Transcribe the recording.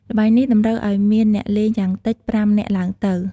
ល្បែងនេះតម្រូវឲ្យមានអ្នកលេង យ៉ាងតិច ៥នាក់ ឡើងទៅ។